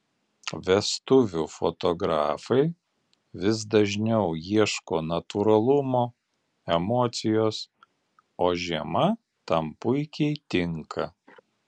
vestuvių fotografai vis dažniau ieško natūralumo emocijos o žiema tam puikiai tinka